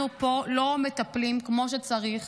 אנחנו לא מטפלים כמו שצריך